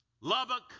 Lubbock